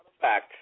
back